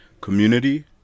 community